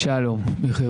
הבריאות